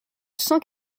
cent